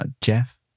Jeff